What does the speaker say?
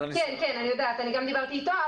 אני יודעת, אני גם דיברתי איתו.